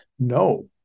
No